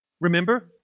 Remember